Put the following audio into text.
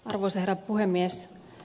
arvoisa herra puhemies